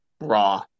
raw